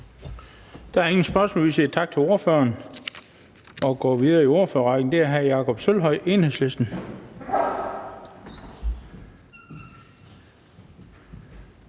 Der er ingen spørgsmål, så vi siger tak til ordføreren. Og vi går videre i ordførerrækken med hr. Jakob Sølvhøj, Enhedslisten.